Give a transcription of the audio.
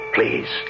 Please